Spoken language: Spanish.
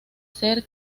ser